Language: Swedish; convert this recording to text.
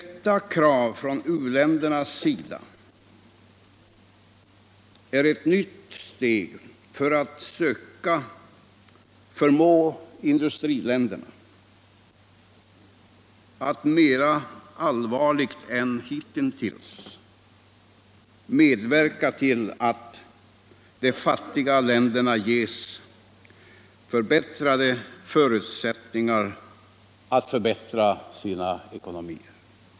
Detta krav från u-ländernas sida är ett nytt steg för att söka förmå industriländerna att mera allvarligt än hitintills medverka till att de fattiga länderna ges ökade förutsättningar att förbättra sina ekonomier.